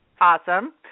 Awesome